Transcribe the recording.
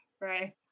Right